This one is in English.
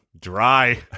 Dry